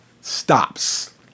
stops